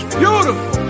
beautiful